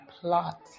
plot